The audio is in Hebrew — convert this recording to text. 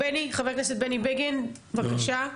חה"כ בני בגין, בבקשה.